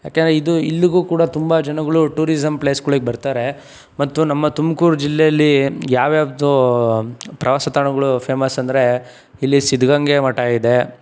ಯಾಕೆಂದ್ರೆ ಇದು ಇಲ್ಲಿಗೂ ಕೂಡ ತುಂಬ ಜನಗಳು ಟೂರಿಜಮ್ ಪ್ಲೇಸ್ಗಳಿಗ್ ಬರ್ತಾರೆ ಮತ್ತು ನಮ್ಮ ತುಮಕೂರು ಜಿಲ್ಲೆಯಲ್ಲಿ ಯಾವ್ಯಾವ್ದು ಪ್ರವಾಸ ತಾಣಗಳು ಫೇಮಸ್ ಅಂದರೆ ಇಲ್ಲಿ ಸಿದ್ಧಗಂಗೆ ಮಠ ಇದೆ